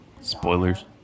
Spoilers